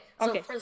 okay